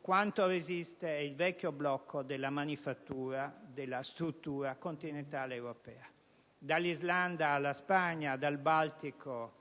quanto resiste il vecchio blocco della manifattura della struttura continentale europea? Dall'Islanda alla Spagna, dal Baltico